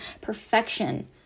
perfection